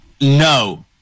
No